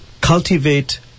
cultivate